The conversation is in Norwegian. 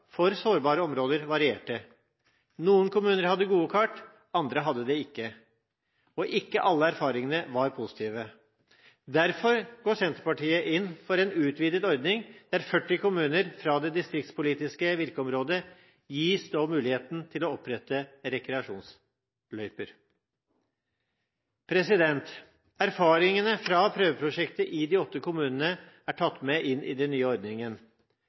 for sårbare områder varierte. Noen kommuner hadde gode kart, andre hadde det ikke. Ikke alle erfaringene var positive. Derfor går Senterpartiet inn for en utvidet ordning, der 40 kommuner fra det distriktspolitiske virkeområdet gis muligheten til å opprette rekreasjonsløyper. Erfaringene fra prøveprosjektet i de åtte kommunene er tatt med inn i den nye ordningen.